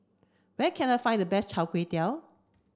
where can I find the best Chai Kuay Tow